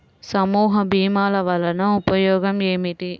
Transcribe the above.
సమూహ భీమాల వలన ఉపయోగం ఏమిటీ?